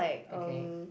okay